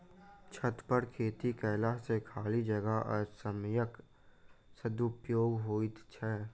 छतपर खेती कयला सॅ खाली जगह आ समयक सदुपयोग होइत छै